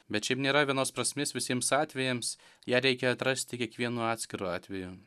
bet šiaip nėra vienos prasmės visiems atvejams ją reikia atrasti kiekvienu atskiru atveju